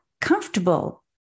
comfortable